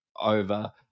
over